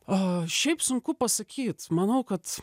o šiaip sunku pasakyt manau kad